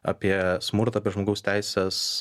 apie smurtą per žmogaus teises